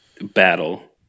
battle